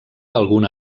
alguna